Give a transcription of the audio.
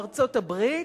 ארצות-הברית,